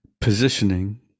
positioning